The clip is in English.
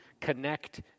connect